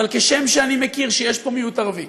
כשם שאני מכיר שיש פה מיעוט ערבי